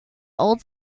old